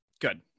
Good